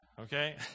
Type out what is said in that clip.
Okay